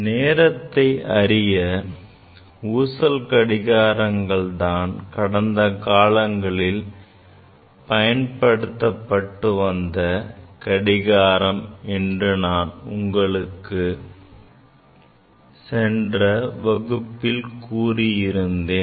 நேரத்தை அறிய ஊசல் கடிகாரங்கள் தான் கடந்த காலங்களில் பயன்படுத்தப்பட்டு வந்த ஒரே கடிகாரம் என்று நான் உங்களுக்கு சென்ற வகுப்பில் கூறியிருந்தேன்